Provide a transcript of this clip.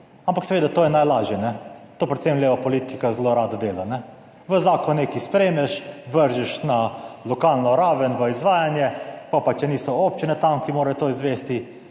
Ampak seveda, to je najlažje, to predvsem leva politika zelo rada dela v zakon, nekaj sprejmeš, vržeš na lokalno raven v izvajanje potem pa, če niso občine tam, ki morajo to izvesti,